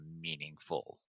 meaningful